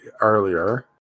earlier